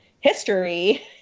history